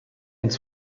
uns